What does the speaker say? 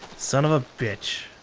son of a bitch.